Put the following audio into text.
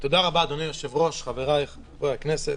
תודה רבה, אדוני היושב-ראש, חבריי חברי הכנסת,